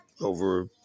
over